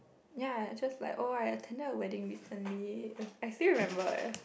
ya just like oh I attended a wedding recently I still remember eh